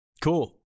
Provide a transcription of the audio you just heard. Cool